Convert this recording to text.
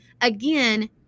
Again